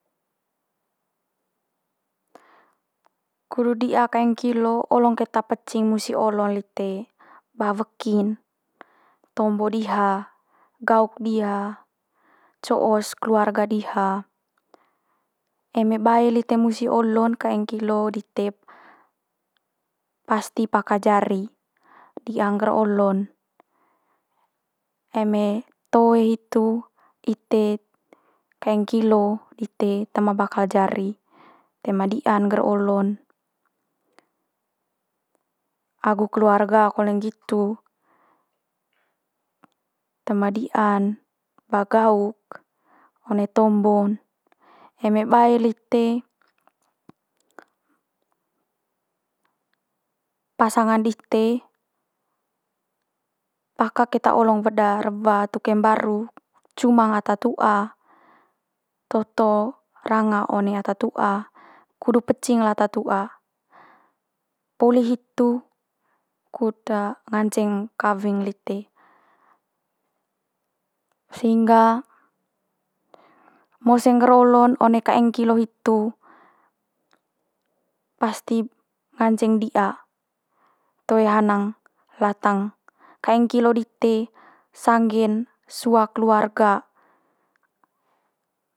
kudut di'a kaeng kilo olong keta pecing musi olo lite, ba weki'n, tombo diha, gauk diha, co'os keluarga diha. Eme bae lite musi olo'n kaeng kilo dite pasti paka jari, dia nggeer olo'n. Eme toe hitu ite kaeng kilo dite toe ma bakal jari, toe ma di'an ngger olo'n. Agu keluarga kole nggitu toe ma di'an ba gauk, one tombo'n. Eme bae lite pasangan dite paka keta olong weda rewa tuke mbaru cumang ata tu'a toto ranga one ata tu'a kudut pecing lata tu'a. Poli hitu kut nganceng kawing lite sehingga mose ngger olo'n one kaeng kilo hitu pasti nganceng di'a. Toe hanang latang kaeng kilo dite sangge'n sua keluarga.